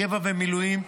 קבע ומילואים,